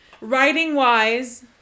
Writing-wise